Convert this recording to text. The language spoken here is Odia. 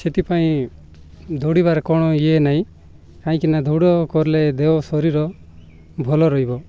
ସେଥିପାଇଁ ଦୌଡ଼ିବାରେ କ'ଣ ଇଏ ନାହିଁ କାହିଁକି ନା ଦୌଡ଼ କଲେ ଦେହ ଶରୀର ଭଲ ରହିବ